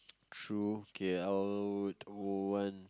true K_L one